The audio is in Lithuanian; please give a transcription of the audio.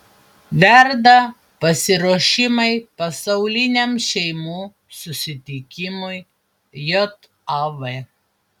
verda pasiruošimai pasauliniam šeimų susitikimui jav